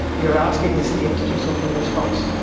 you're asking the state to do something in response,